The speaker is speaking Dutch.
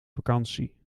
vakantie